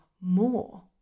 more